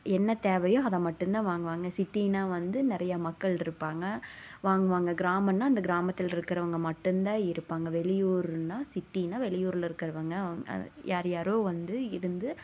என்ன தேவையோ அதை மட்டும்தான் வாங்குவாங்க சிட்டினால் வந்து நிறைய மக்களிருப்பாங்க வாங்குவாங்க கிராமன்னால் அந்த கிராமத்திலிருக்குறவங்க மட்டும்தான் இருப்பாங்க வெளியூர்னால் சிட்டினால் வெளியூரில் இருக்கிறவுங்க யார் யாரோ வந்திருந்து